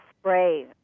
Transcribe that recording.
spray